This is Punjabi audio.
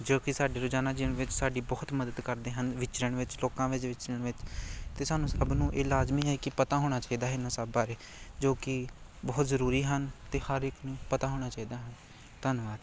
ਜੋ ਕਿ ਸਾਡੇ ਰੋਜ਼ਾਨਾ ਜੀਵਨ ਵਿੱਚ ਸਾਡੀ ਬਹੁਤ ਮਦਦ ਕਰਦੇ ਹਨ ਵਿਚਰਨ ਵਿੱਚ ਲੋਕਾਂ ਵਿੱਚ ਵਿਚਰਨ ਵਿੱਚ ਅਤੇ ਸਾਨੂੰ ਸਭ ਨੂੰ ਇਹ ਲਾਜ਼ਮੀ ਹੈ ਕਿ ਪਤਾ ਹੋਣਾ ਚਾਹੀਦਾ ਹੈ ਇਹਨਾਂ ਸਭ ਬਾਰੇ ਜੋ ਕਿ ਬਹੁਤ ਜ਼ਰੂਰੀ ਹਨ ਅਤੇ ਹਰ ਇੱਕ ਨੂੰ ਪਤਾ ਹੋਣਾ ਚਾਹੀਦਾ ਹੈ ਧੰਨਵਾਦ